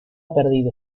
perdido